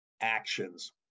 actions